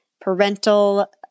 parental